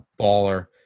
baller